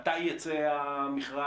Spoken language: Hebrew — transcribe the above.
מתי יצא המכרז?